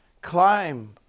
climb